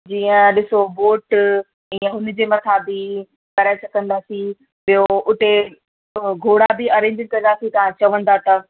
जीअं ॾिसो बोट ईअं हुन जे मथां बि अरेंज कंदासीं ॿियो उते घोड़ा बि अरेंज कंदासीं तव्हां चवंदा त